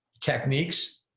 techniques